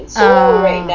ah